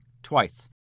twice